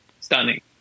stunning